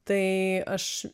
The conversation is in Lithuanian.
tai aš